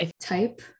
type